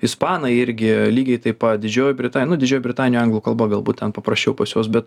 ispanai irgi lygiai taip pat didžioji britanija nu didžiojoj britanijoj anglų kalba galbūt ten paprasčiau pas juos bet